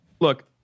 look